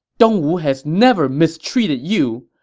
dongwu has never mistreated you!